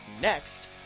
next